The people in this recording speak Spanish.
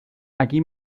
aquí